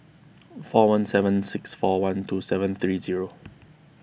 four one seven six four one two seven three zero